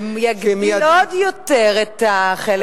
שיגדיל עוד יותר את החלק של ההורים.